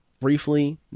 Briefly